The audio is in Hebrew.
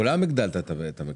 לכולם הגדלת את המקדם.